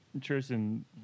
Tristan